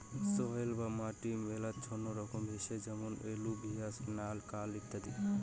soil বা মাটি মেলাচ্ছেন রকমের হসে যেমন এলুভিয়াল, নাল, কাল ইত্যাদি